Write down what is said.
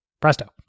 Presto